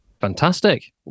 fantastic